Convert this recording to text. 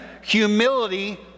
humility